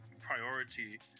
priority